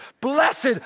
Blessed